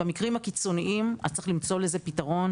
במקרים הקיצוניים צריך למצוא לזה פתרון,